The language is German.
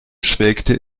schwelgte